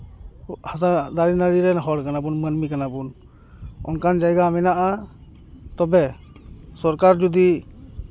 ᱦᱟᱥᱟ ᱫᱟᱨᱮ ᱱᱟᱹᱲᱤ ᱨᱮᱱ ᱦᱚᱲ ᱠᱟᱱᱟ ᱠᱚ ᱢᱟᱹᱱᱢᱤ ᱠᱟᱱᱟ ᱵᱚᱱ ᱚᱱᱠᱟᱱ ᱡᱟᱭᱜᱟ ᱢᱮᱱᱟᱜᱼᱟ ᱛᱚᱵᱮ ᱥᱚᱨᱠᱟᱨ ᱡᱩᱫᱤ